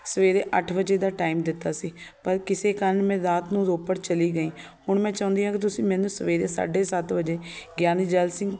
ਸਵੇਰੇ ਅੱਠ ਵਜੇ ਦਾ ਟਾਈਮ ਦਿੱਤਾ ਸੀ ਪਰ ਕਿਸੇ ਕਾਰਨ ਮੈਂ ਰਾਤ ਨੂੰ ਰੋਪੜ ਚਲੀ ਗਈ ਹੁਣ ਮੈਂ ਚਾਹੁੰਦੀ ਹਾਂ ਕਿ ਤੁਸੀਂ ਮੈਨੂੰ ਸਵੇਰੇ ਸਾਢੇ ਸੱਤ ਵਜੇ ਗਿਆਨੀ ਜੈਲ ਸਿੰਘ